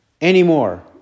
anymore